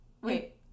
Wait